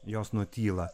jos nutyla